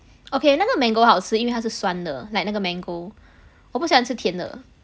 okay 那个 mango 好吃是因为它是酸的 like 那个 mango 我不喜欢吃甜的